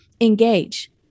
engage